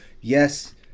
Yes